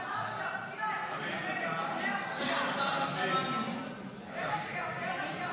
------ זה ממש ירתיע את --- המדינה לא עושה כלום.